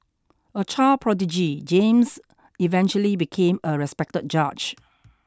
a child prodigy James eventually became a respected judge